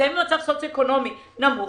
שנמצאים במצב סוציו-אקונומי נמוך,